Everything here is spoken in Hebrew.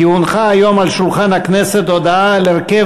כי הונחה היום על שולחן הכנסת הודעה על הרכב